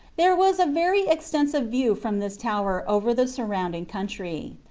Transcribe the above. there was a very extensive view from this tower over the surrounding country.